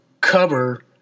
cover